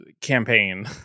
campaign